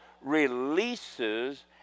releases